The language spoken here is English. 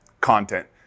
content